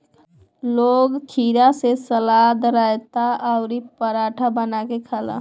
लोग खीरा से सलाद, रायता अउरी पराठा बना के खाला